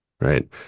right